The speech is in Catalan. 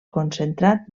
concentrat